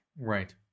right